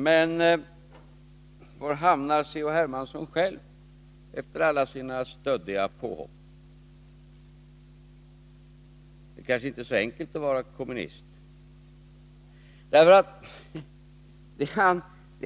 Men var hamnar C.-H. Hermansson själv efter alla sina stöddiga påhopp? Det är kanske inte så enkelt att vara kommunist. Vad